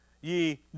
ye